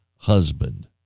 husband